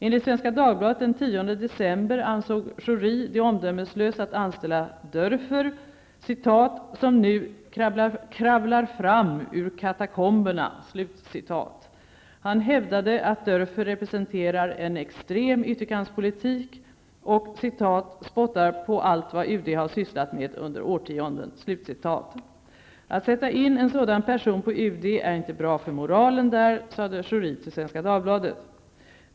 Enligt Svenska Dagbladet den 10 december ansåg Schori det omdömeslöst att anställa Dörfer ''som nu kravlar fram från katakomberna''. Han hävdade att Dörfer representerar en extrem ytterkantspolitik och ''spottar på allt vad UD har sysslat med under årtionden''. Att sätta in en sådan person på UD är inte bra för moralen där, sade Schori till Svenska Dagbladet.